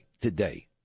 today